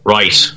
Right